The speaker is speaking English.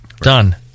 Done